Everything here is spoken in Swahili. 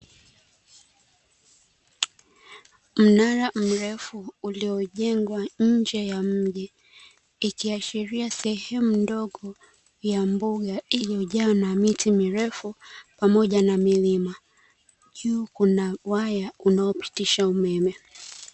Mnara mrefu uliojengwa nje ya mji, ikiashiria sehemu ndogo ya mbuga iliyojawa na miti mrefu pamoja na milima. Juu kuna waya unaopitisha umeme.